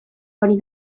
hori